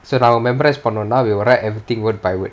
so now memorise போனோம்னா:panomna write everything word by word